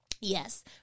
Yes